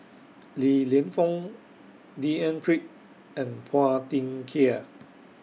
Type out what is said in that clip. Li Lienfung D N Pritt and Phua Thin Kiay